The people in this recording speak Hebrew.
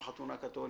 זה כמו בחתונה קתולית,